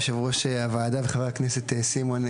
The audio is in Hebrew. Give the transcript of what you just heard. יושב-ראש הוועדה וחבר הכנסת סימון,